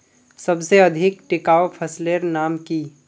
सबसे अधिक टिकाऊ फसलेर नाम की?